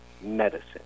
medicine